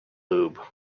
lube